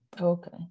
Okay